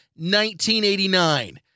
1989